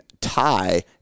tie